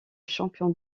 champion